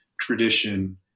tradition